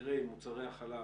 שבמחירי מוצרי החלב,